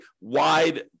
wide